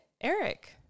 Eric